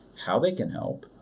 how they can help,